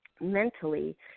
mentally